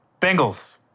Bengals